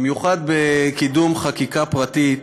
במיוחד בקידום חקיקה פרטית,